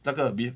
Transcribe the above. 那个